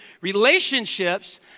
relationships